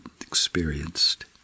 experienced